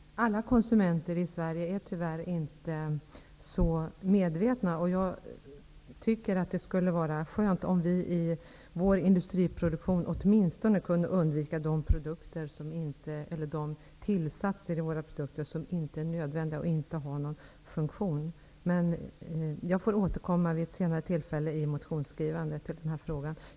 Herr talman! Alla konsumenter i Sverige är tyvärr inte så medvetna. Jag tycker att det skulle vara skönt om vi i vår industriproduktion åtminstone kunde undvika sådana tillsatser som inte är nödvändiga och som inte har någon funktion. Jag får väl återkomma till frågan vid ett senare tillfälle i samband med motionsskrivandet.